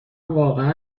واقعا